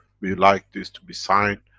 we like these to be sign,